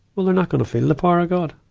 well they're not gonna feel the power of god.